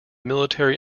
military